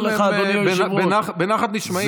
דברים בנחת נשמעים,